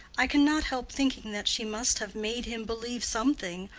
i can not help thinking that she must have made him believe something,